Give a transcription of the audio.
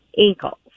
ankles